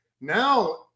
Now